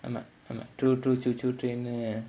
I'm a I'm a true true choo choo train eh